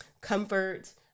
comfort